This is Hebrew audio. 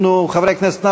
חברי הכנסת,